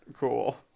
Cool